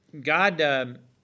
God